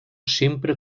sempre